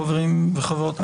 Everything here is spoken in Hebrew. חברים וחברות,